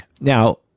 now